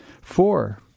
Four